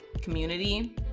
community